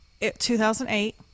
2008